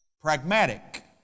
Pragmatic